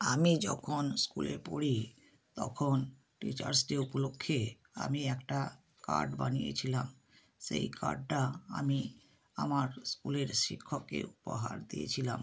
আমি যখন স্কুলে পড়ি তখন টিচার্স ডে উপলক্ষে আমি একটা কার্ড বানিয়েছিলাম সেই কার্ডটা আমি আমার স্কুলের শিক্ষককে উপহার দিয়েছিলাম